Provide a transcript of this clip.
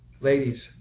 ladies